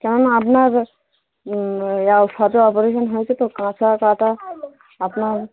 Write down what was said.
কেননা আপনার রা সবে অপরেশান হয়েছে তো কাঁচা কাটা আপনার